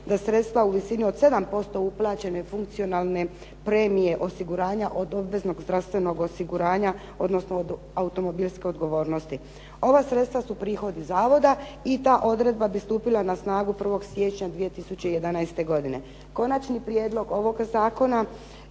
da sredstva u visini od 7% uplaćene funkcionalne premije osiguranja od obveznog zdravstvenog osiguranja odnosno od automobilske odgovornosti. Ova sredstva su prihodi zavoda i ta odredba bi stupila na snagu 1. siječnja 2011. godine. Konačni prijedlog ovog zakona